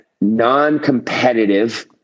non-competitive